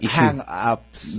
hang-ups